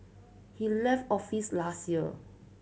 he left office last year